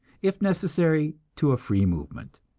if necessary to a free movement.